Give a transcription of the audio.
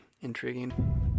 intriguing